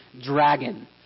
dragon